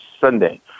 Sunday